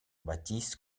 bâtisse